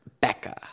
Becca